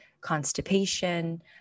constipation